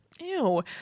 Ew